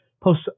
post